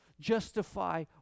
justify